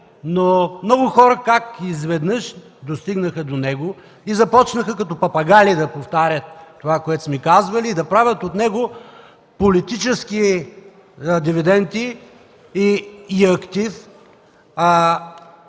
как много хора изведнъж достигнаха до него и започнаха като папагали да повтарят това, което сме казвали, и да правят от него политически дивиденти и актив,